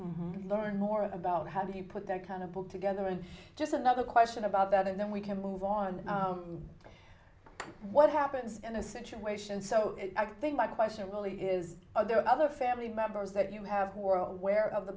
learn more about how do you put that kind of pull together and just another question about that and then we can move on what happens in a situation so i think my question really is are there other family members that you have